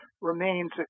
remains